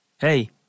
hey